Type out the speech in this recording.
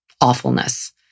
awfulness